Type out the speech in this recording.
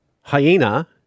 hyena